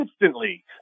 instantly